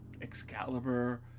Excalibur